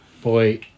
Boy